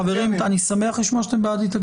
--- חברים, אני שמח לשמוע שאתם בעד התאגדות.